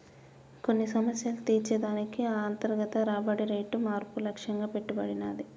కొన్ని సమస్యలు తీర్చే దానికి ఈ అంతర్గత రాబడి రేటు మార్పు లక్ష్యంగా పెట్టబడినాది